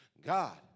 God